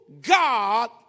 God